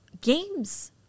games